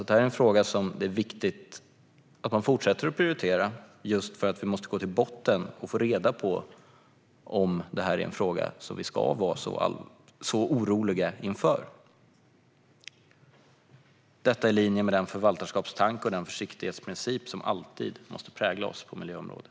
Därför är det viktigt att man fortsätter att prioritera denna fråga, just för att man måste gå till botten med detta för att få reda på om detta är en fråga som vi ska vara så oroliga för. Detta är i linje med den förvaltarskapstanke och den försiktighetsprincip som alltid måste prägla oss på miljöområdet.